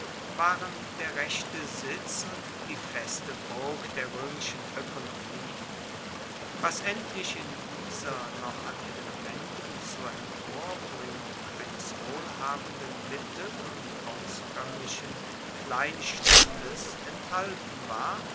waren der rechte sitz und die feste burg der roemischen oekonomie was endlich in dieser noch an elementen zur emporbringung eines wohlhabenden mittel und auskoemmlichen kleinstandes enthalten war